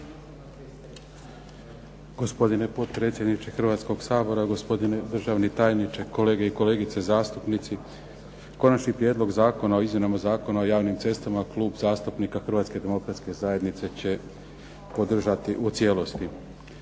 Gospodine potpredsjedniče Hrvatskoga sabora, gospodine državni tajniče, kolege i kolegice zastupnici. Konačni prijedlog Zakona o izmjenama Zakona o javnim cestama Klub zastupnika Hrvatske demokratske zajednice će podržati u cijelosti.